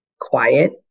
quiet